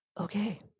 Okay